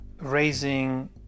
raising